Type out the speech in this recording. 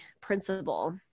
principle